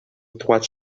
trois